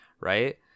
Right